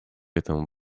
этому